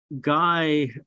guy